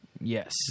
Yes